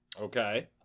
Okay